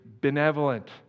benevolent